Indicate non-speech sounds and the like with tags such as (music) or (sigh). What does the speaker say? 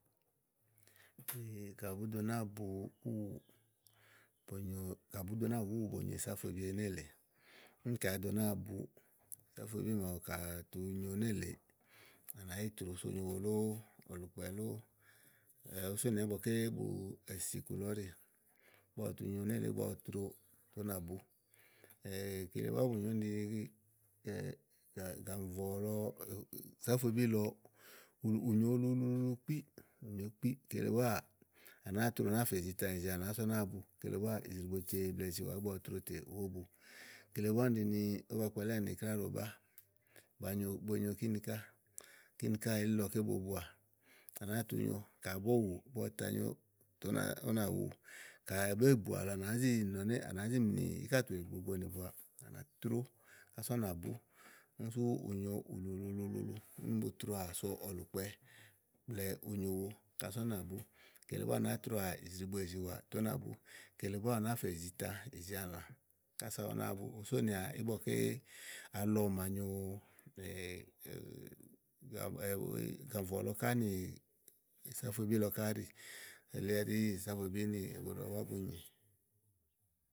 Kayi bùú do nàáa bu úwù, bo nyo kayi búù do nàáa bu úwù bòonyo ìsafuebi nélèe úni kayi òó do náa bu ìsáfuebì máawu ka à tu nyo nélèe, à nàá yi tròo so unyowo lóó ɔ̀lùkpɛ lóó (hesitation) ùú sònìà ígbɔ ké bu èsi iku lɔ ɔ̀ɖì. ígbɔ ɔwɔ tu nyo nélèe ígbɔ ɔwɔ troo tè ú ná bú (hesitation) kele búá bùnyo úni ɖi ni gàŋrɔ̀lɔ ìsáfuebì lɔ u nyo ulu ulu ulu kpí ù nyo kpí kele búáà à nàáa tro ú náa fè ìzità blɛ̀ɛ ìzialã ása ú nàáa bu kele ìzrigbo ce blɛ̀ɛ ìziwà ígbɔ ɔwɔ tro tè wòó bu kele búá úni ɖi ni ówó ba kpalíà kláɖobá bo nyo kíni ká. Kínì ká elí bo buà nàáa tu nyo, ka àbó wù ígbɔ ɔwɔ tanyo tè ù nàá tu nyo tè ú nàá wu ka à bó bùu àlɔ à nàá minì íkàtù ɖíigbo nì buà à nà trò ása ú nà bú sú ù nyo ulu ulu luulu. úni bo troà so ɔ̀lùkpɛ blɛ̀ɛ unyowo ása ú nà bú kele búá à nàáa troà ìzrigbo ìziwá tè ú nà bú kele búá ù nàáa fè ìzitã kása ú náa bu ùú sonìà ígbɔké, alɔ màa nyo (hesitation) gànvɔ lɔ ká nì ìsáfuebi lɔ ká áɖì elí ɛɖí ìsáfuebí nì ɛ̀buɖà búá bu nyì.